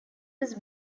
was